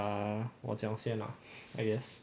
ah 我讲现 ah I guess